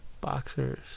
Boxers